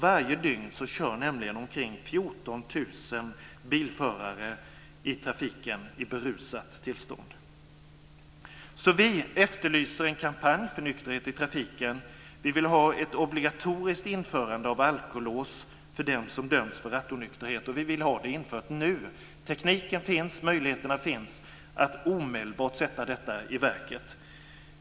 Varje dygn kör omkring 14 000 bilförare i berusat tillstånd i trafiken. Vi vill ha ett obligatoriskt införande av alkolås för dem som dömts för rattonykterhet, och vi vill ha det infört nu. Tekniken finns. Möjligheterna finns att omedelbart sätta detta i verket.